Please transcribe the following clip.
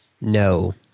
No